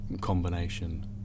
combination